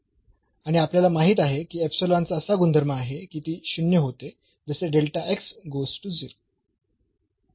आणि आपल्याला माहीत आहे की चा असा गुणधर्म आहे की ती 0 होते जसे